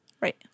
Right